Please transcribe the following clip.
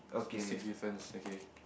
the sixth difference okay